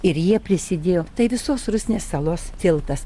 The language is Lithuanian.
ir jie prisidėjo tai visos rusnės salos tiltas